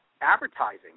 advertising